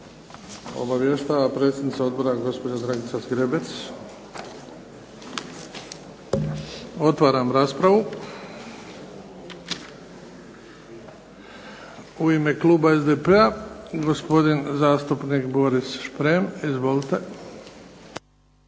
Obavještava predsjednica Odbora, gospođa Dragica Zgrebec. Otvaram raspravu. U ime kluba SDP-a gospodin zastupnik Boris Šprem. Izvolite.